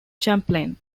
champlain